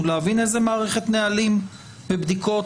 להבין איזה מערכת נהלים ובדיקות